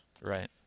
Right